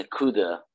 nakuda